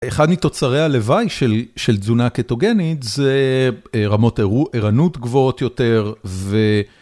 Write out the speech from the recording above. אחד מתוצרי הלוואי של תזונה קטוגנית זה רמות ערנות גבוהות יותר ו...